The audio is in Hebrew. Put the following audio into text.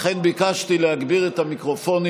לכן ביקשתי להגביר את המיקרופונים,